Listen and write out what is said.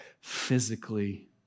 physically